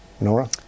Nora